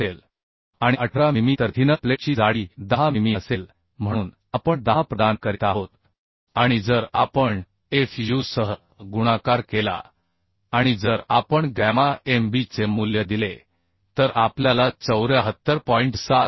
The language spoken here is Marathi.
असेल आणि 18 मिमी तर थिनर प्लेटची जाडी 10 मिमी असेल म्हणून आपण 10 प्रदान करीत आहोत आणि जर आपण fu सह गुणाकार केला आणि जर आपण गॅमा mb चे मूल्य दिले तर आपल्याला 74